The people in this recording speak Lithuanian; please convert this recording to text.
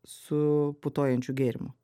su putojančiu gėrimu